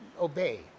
obey